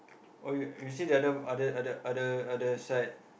oh you you see the other other other other other side